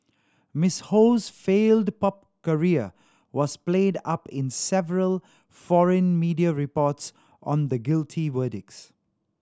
Miss Ho's failed pop career was played up in several foreign media reports on the guilty verdicts